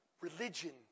religion